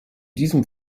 diesem